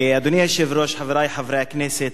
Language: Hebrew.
אדוני היושב-ראש, חברי חברי הכנסת,